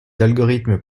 algorithmes